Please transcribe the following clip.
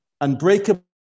unbreakable